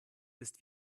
ist